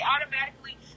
automatically